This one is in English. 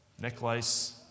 necklace